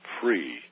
free